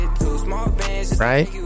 Right